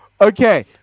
okay